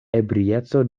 ebrieco